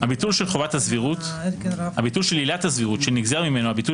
הביטול של עילת הסבירות שנגזר ממנו הביטול